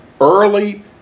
early